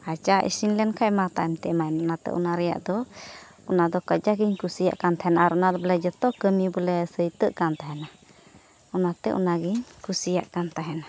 ᱟᱨ ᱪᱟ ᱤᱥᱤᱱ ᱞᱮᱱᱠᱷᱟᱱ ᱢᱟ ᱛᱟᱭᱚᱢ ᱛᱮ ᱮᱢᱟᱭ ᱢᱮ ᱚᱱᱟᱛᱮ ᱚᱱᱟ ᱨᱮᱭᱟᱜ ᱫᱚ ᱚᱱᱟᱫᱚ ᱠᱟᱡᱟᱠ ᱤᱧ ᱠᱩᱥᱤᱭᱟᱜ ᱠᱟᱱ ᱛᱟᱦᱮᱱᱟ ᱟᱨ ᱚᱱᱟᱫᱚ ᱵᱚᱞᱮ ᱡᱚᱛᱚ ᱠᱟᱹᱢᱤ ᱵᱚᱞᱮ ᱥᱟᱹᱛᱚᱜ ᱠᱟᱱ ᱛᱟᱦᱮᱱᱟ ᱚᱱᱟᱛᱮ ᱚᱱᱟᱜᱤᱧ ᱠᱩᱥᱤᱭᱟᱜ ᱠᱟᱱ ᱛᱟᱦᱮᱱᱟ